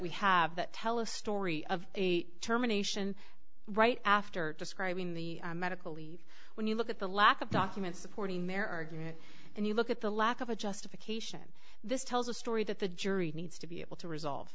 we have that tell a story of a determination right after describing the medical leave when you look at the lack of documents supporting their argument and you look at the lack of a justification this tells a story that the jury needs to be able to resolve